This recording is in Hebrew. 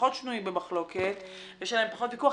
פחות שנויים במחלוקת ויש עליהם פחות ויכוח,